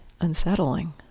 unsettling